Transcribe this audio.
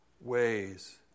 ways